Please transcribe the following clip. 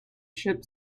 ship